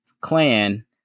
clan